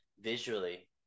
visually